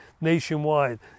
nationwide